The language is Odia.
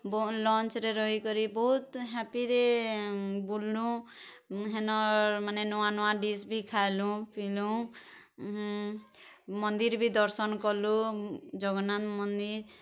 ଲଞ୍ଚରେ ରହିକରି ବହୁତ୍ ହାପିରେ ବୁଲ୍ଲୁଁ ହେନର୍ ମାନେ ନୂଆ ନୂଆ ଡିସ୍ ବି ଖାଏଲୁଁ ପିଇଲୁଁ ମନ୍ଦିର ବି ଦର୍ଶନ୍ କଲୁ ଜଗନ୍ନାଥ୍ ମନ୍ଦିର୍